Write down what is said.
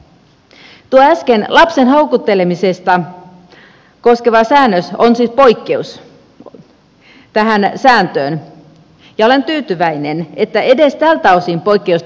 tuo äskeinen lapsen houkuttelemista koskeva säännös on siis poikkeus tähän sääntöön ja olen tyytyväinen että edes tältä osin poikkeusta esitetään